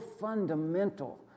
fundamental